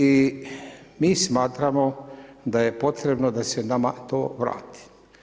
I mi smatramo da je potrebno da se nama to vrati.